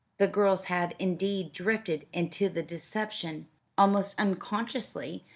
the girls had, indeed, drifted into the deception almost unconsciously,